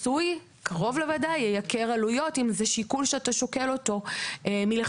קרוב לוודאי ייקר עלויות אם זה שיקול שאתה שוקל אותו מלכתחילה.